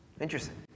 Interesting